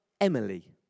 Emily